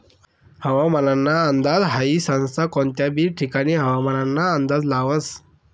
हवामानना अंदाज हाई संस्था कोनता बी ठिकानना हवामानना अंदाज लावस